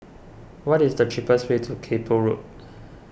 what is the cheapest way to Kay Poh Road